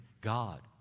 God